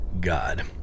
God